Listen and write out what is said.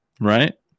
right